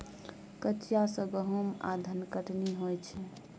कचिया सँ गहुम आ धनकटनी होइ छै